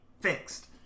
fixed